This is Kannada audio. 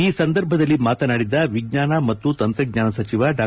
ಈ ಸಂದರ್ಭದಲ್ಲಿ ಮಾತನಾಡಿದ ವಿಜ್ಣಾನ ಮತ್ತು ತಂತ್ರಜ್ಣಾನ ಸಚಿವ ಡಾ